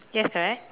yes correct